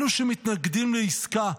אלו שמתנגדים לעסקה,